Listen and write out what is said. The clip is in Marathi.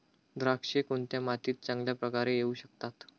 द्राक्षे कोणत्या मातीत चांगल्या प्रकारे येऊ शकतात?